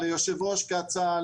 ליושב-ראש קצא"א,